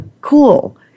cool